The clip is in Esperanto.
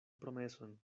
promeson